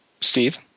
Steve